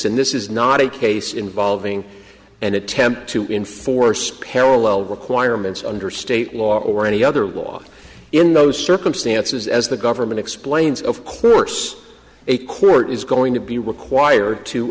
and this is not a case involving an attempt to enforce parallel requirements under state law or any other law in those circumstances as the government explains of course a court is going to be required to